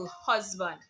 husband